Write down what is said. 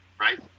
Right